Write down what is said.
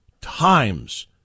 times